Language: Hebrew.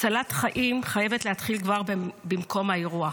הצלת חיים חייבת להתחיל כבר במקום האירוע.